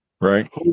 Right